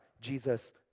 Jesus